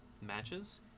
matches